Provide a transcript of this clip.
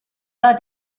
war